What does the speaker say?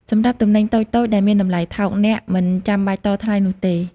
សម្រាប់ទំនិញតូចៗដែលមានតម្លៃថោក អ្នកមិនចាំបាច់តថ្លៃនោះទេ។